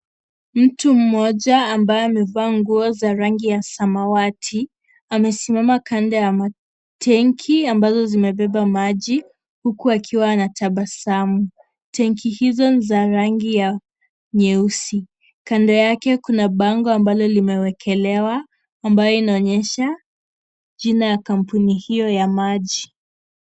Mtu mmoja ambaye amevaa nguo za rangi ya samawati. Amesimama kando ya tenki ambazo zimebeba maji. Huku akiwa anatabasamu. Tenki hizo ni za rangi nyeusi. Kando yake kuna bango ambalo limewekelewa ambayo inaonyesha jina la kampuni hiyo ya maji.